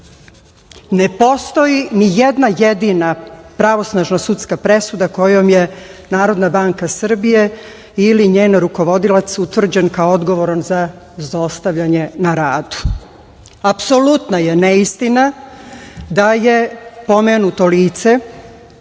Ne postoji nijedna jedina pravosudna sudska presuda kojom je NBS ili njen rukovodilac utvrđen kao odgovorna za zlostavljanje na radu. Apsolutna je neistina da je pomenuto lice